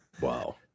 wow